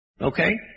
Okay